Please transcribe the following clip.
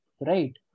right